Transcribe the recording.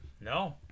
No